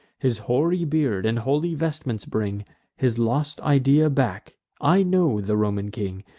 his hoary beard and holy vestments bring his lost idea back i know the roman king.